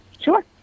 Sure